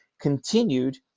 continued